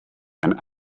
and